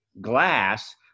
glass